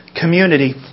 community